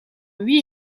huit